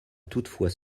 toutefois